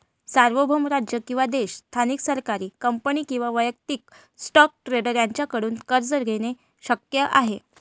सार्वभौम राज्य किंवा देश स्थानिक सरकारी कंपनी किंवा वैयक्तिक स्टॉक ट्रेडर यांच्याकडून कर्ज देणे शक्य आहे